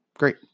Great